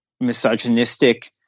misogynistic